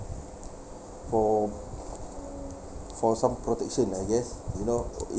for for some protection I guess you know COVID